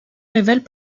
révèlent